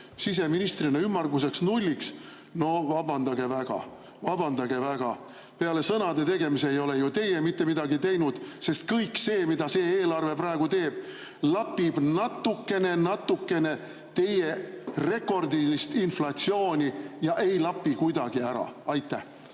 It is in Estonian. siseministrina ümmarguseks nulliks – no vabandage väga, vabandage väga. Peale sõnade tegemise ei ole ju teie mitte midagi teinud, sest kõik see, mida see eelarve praegu teeb, lapib natukene-natukene teie rekordilist inflatsiooni ja ei lapi kuidagi ära. Aitäh!